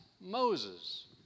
Moses